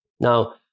Now